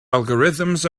algorithms